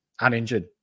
uninjured